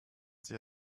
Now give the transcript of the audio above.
sich